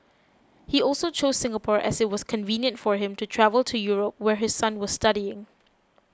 he also chose Singapore as it was convenient for him to travel to Europe where his son was studying